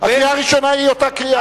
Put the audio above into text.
הראשונה היא אותה קריאה.